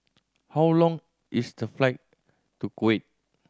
how long is the flight to Kuwait